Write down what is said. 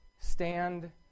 Stand